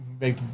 make